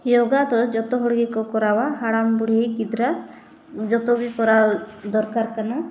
ᱫᱚ ᱡᱚᱛᱚ ᱦᱚᱲ ᱜᱮᱠᱚ ᱠᱚᱨᱟᱣᱟ ᱦᱟᱲᱟᱢᱼᱵᱩᱲᱦᱤ ᱜᱤᱫᱽᱨᱟᱹ ᱡᱚᱛᱚ ᱜᱮ ᱠᱚᱨᱟᱣ ᱫᱚᱨᱠᱟᱨ ᱠᱟᱱᱟ